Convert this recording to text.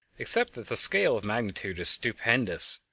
except that the scale of magnitude is stupendous,